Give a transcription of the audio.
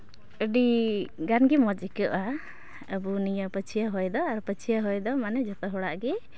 ᱟᱹᱰᱤ ᱜᱟᱱᱜᱮ ᱢᱚᱡᱽ ᱟᱹᱭᱠᱟᱣᱚᱜᱼᱟ ᱟᱵᱚ ᱱᱤᱭᱟᱹ ᱯᱟᱹᱪᱷᱭᱟᱹ ᱦᱚᱭ ᱫᱚ ᱟᱨ ᱯᱟᱹᱪᱷᱭᱟᱹ ᱦᱚᱭ ᱫᱚ ᱢᱟᱱᱮ ᱡᱷᱚᱛᱚ ᱦᱚᱲᱟᱜ ᱜᱮ